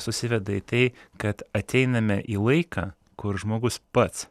susiveda į tai kad ateiname į laiką kur žmogus pats